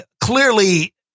clearly